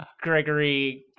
Gregory